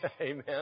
Amen